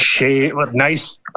Nice